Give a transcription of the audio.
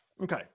Okay